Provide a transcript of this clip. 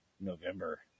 November